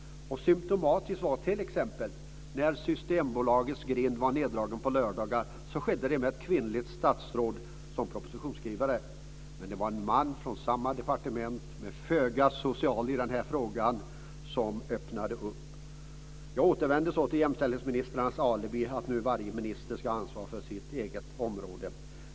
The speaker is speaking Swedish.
Symtomatiskt var t.ex. att när Systembolagets grind drogs ned på lördagar skedde det med ett kvinnligt statsråd som propositionsskrivare. Men det var en man från samma departement, men föga social i den här frågan, som öppnade upp grindarna. Jag återkommer till jämställdhetsministerns alibi, att varje minister nu ska ha ansvar för sitt eget område.